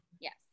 Yes